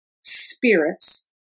spirits